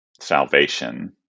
salvation